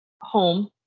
home